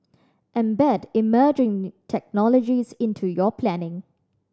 embed emerging technologies into your planning